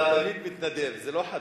אתה תמיד מתנדב, זה לא חדש.